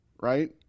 right